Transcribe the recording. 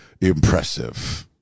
Impressive